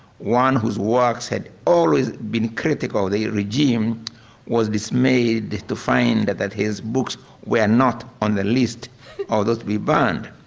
one whose works had always been critical, the regime was dismayed to find that that his books were not on the list of those to be burned,